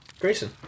Grayson